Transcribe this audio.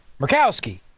Murkowski